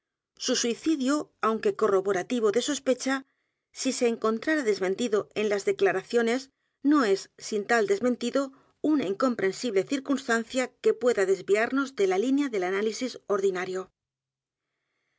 su suicidio aunque corroborativo de sospecha si se encontrara desmentido en las declaraciones no es sin tal desmentido una incomprensible circunstancia que pueda desviarnos de la línea del análisis ordinario